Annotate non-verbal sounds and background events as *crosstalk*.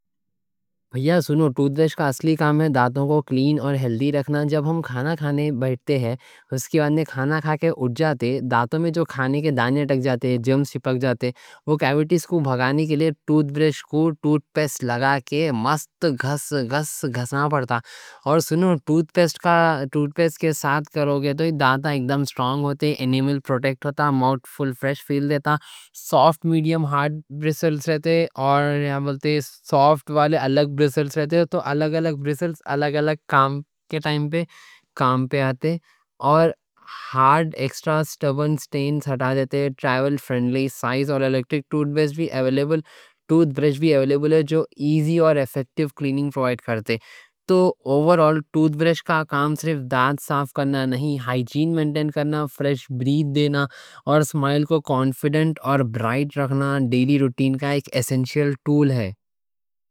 بھائی سنو، ٹوتھ برش کا اصلی کام ہے دانتوں کو کلین اور ہیلتھی رکھنا جب ہم کھانا کھانے بیٹھتے ہیں، اس کے بعد کھانا کھا کے اٹھ جاتے، دانتوں میں جو کھانے کے دانے اٹک جاتے، جرم چپک جاتے وہ کیویٹیز کو بھگانے کے لیے ٹوتھ برش کو ٹوتھ پیسٹ لگا کے مست گھس گھس گھسنا پڑتا اور سنو، ٹوتھ پیسٹ کے ساتھ کرو گے تو دانت اکدم سٹرونگ ہوتے، اینامل پروٹیکٹ ہوتا، ماؤتھ فل فریش فیل دیتا سوفٹ، میڈیم، ہارڈ برسلز رہتے اور یہاں بولتے سوفٹ والے الگ *hesitation* برسلز رہتے، تو الگ الگ برسلز الگ الگ کام کے ٹائم پہ کام پہ آتے اور ہارڈ ایکسٹرا سٹرونگ سٹینز ہٹا دیتے ٹریول فرینڈلی سائز، اور الیکٹرک ٹوتھ برش بھی ایویلیبل، ٹوتھ برش بھی ایویلیبل ہے جو ایزی اور ایفیکٹیو کلیننگ پروائیڈ کرتے تو اوورآل، ٹوتھ برش کا کام صرف دانت صاف کرنا نہیں، ہائجین مینٹین کرنا، فریش بریتھ دینا اور سمائل کو کانفیڈنٹ اور برائٹ رکھنا ڈیلی روٹین کا ایک ایسنشل ٹول ہے